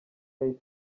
yahise